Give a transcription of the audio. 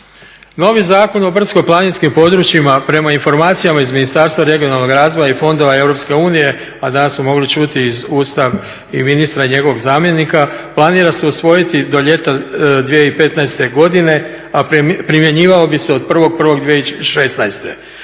Novi Zakon o brdsko-planinskim područjima prema informacijama iz Ministarstva regionalnog razvoja i fondova EU, a danas smo mogli čuti i iz usta i ministra i njegovog zamjenika planira se usvojiti do ljeta 2015. godine, a primjenjivalo bi se od 1.1.2016.